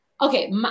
Okay